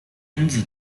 分子